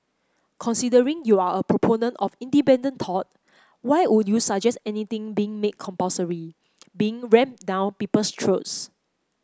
considering you're a proponent of independent thought why would you suggest anything being made compulsory being rammed down people's throats